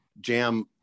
jam